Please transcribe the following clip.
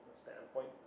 standpoint